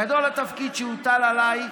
גדול התפקיד שהוטל עליי,